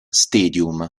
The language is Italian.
stadium